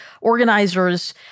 organizers